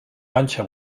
panxa